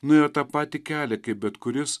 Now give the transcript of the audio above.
nuėjo tą patį kelią kaip bet kuris